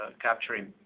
capturing